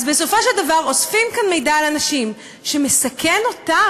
אז בסופו של דבר אוספים כאן על אנשים מידע שמסכן אותם.